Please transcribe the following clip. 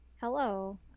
Hello